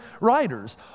writers